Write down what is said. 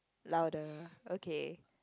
louder okay